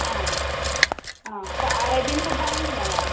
ആ ആ അപ്പോൾ അറേബ്യൻ ഫുഡ് അങ്ങനെയെന്തെങ്കിലും വേണോ